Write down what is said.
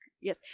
Yes